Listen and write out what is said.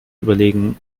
überlegen